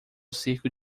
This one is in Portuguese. circo